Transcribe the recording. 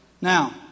Now